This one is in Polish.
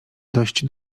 dość